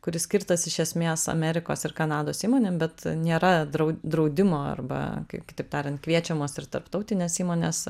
kuris skirtas iš esmės amerikos ir kanados įmonėm bet nėra drau draudimo arba kaip kitaip tariant kviečiamos ir tarptautinės įmonės